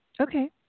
Okay